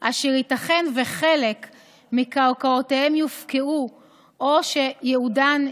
אשר ייתכן שחלק מקרקעותיהם יופקעו או שייעודן ישונה,